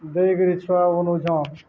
ଦେଇ କିରି ଛୁଆ ବନଉଛନ୍